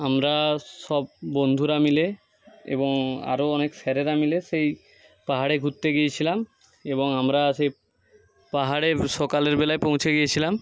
আমরা সব বন্ধুরা মিলে এবং আরো অনেক স্যারেরা মিলে সেই পাহাড়ে ঘুরতে গিয়েছিলাম এবং আমরা সেই পাহাড়ের সকালবেলায় পৌঁছে গিয়েছিলাম